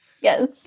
Yes